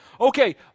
Okay